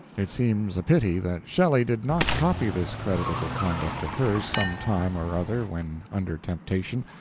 it seems a pity that shelley did not copy this creditable conduct of hers some time or other when under temptation,